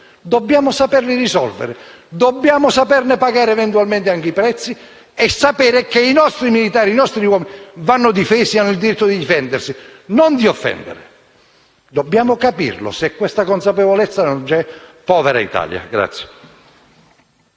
Dobbiamo saper risolvere i problemi, dobbiamo saperne pagare eventualmente i prezzi e sapere che i nostri uomini vanno difesi e hanno il diritto di difendersi, non di offendere. Dobbiamo capirlo; se questa consapevolezza non c'è, povera Italia!